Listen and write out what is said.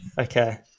okay